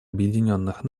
объединенных